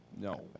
No